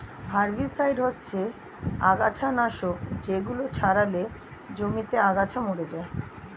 herbicide হচ্ছে আগাছানাশক যেগুলো ছড়ালে জমিতে আগাছা মরে যায়